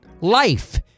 life